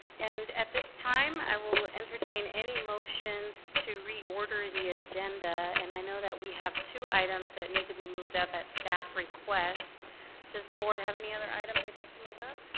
and at this time i will entertain any motions to reorder the agenda and i know that we have two items that need to be moved up at staff request does the board have any other item they'd like to move up